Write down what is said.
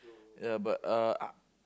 ya but uh uh